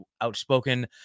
outspoken